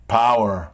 power